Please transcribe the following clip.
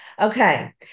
Okay